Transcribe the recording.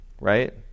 Right